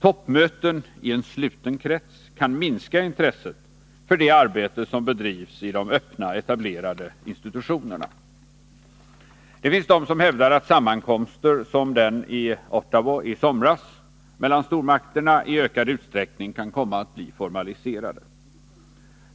Toppmöten i en sluten krets kan minska intresset för det arbete som bedrivs i de öppna, etablerade institutionerna. Det finns de som hävdar att sammankomster som den i Ottawa i somras mellan stormakterna i ökad utsträckning kan komma att bli formaliserade.